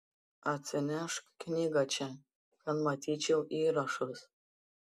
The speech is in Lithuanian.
atsinešk knygą čia kad matyčiau įrašus